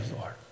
Lord